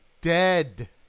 dead